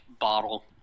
bottle